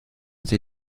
sie